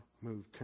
move